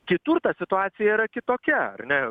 kitur ta situacija yra kitokia ar ne